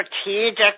strategic